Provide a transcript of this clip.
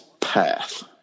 path